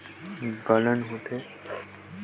पानी गिरे ले पताल के फसल ल कौन प्रभाव होही?